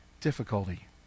difficulty